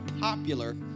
popular